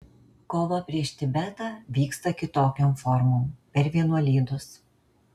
kova prieš tibetą vyksta kitokiom formom per vienuolynus